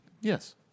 Yes